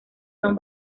son